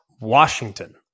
Washington